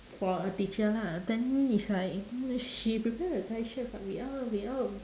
for a teacher lah then it's like she prepare a guy's shirt but we all we all